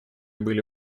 были